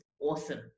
awesome